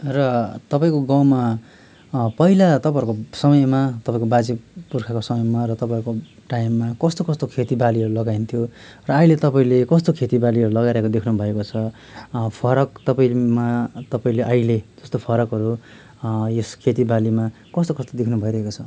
र तपाईँको गाउँमा पहिला तपाईँहरूको समयमा तपाईँको बाजे पुर्खाको समयमा र तपाईँको टाइममा कस्तो कस्तो खेतीबालीहरू लगाइन्थ्यो र अहिले तपाईँले कस्तो खेतीबालीहरू लगाइरहेको देख्नुभएको छ फरक तपाईँमा तपाईँले अहिले त्यस्तो फरकहरू यस खेतीबालीमा कस्तो कस्तो दख्नु भइरहेको छ